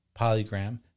polygram